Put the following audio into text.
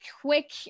quick